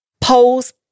Polls